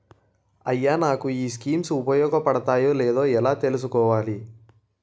అయ్యా నాకు ఈ స్కీమ్స్ ఉపయోగ పడతయో లేదో ఎలా తులుసుకోవాలి?